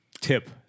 tip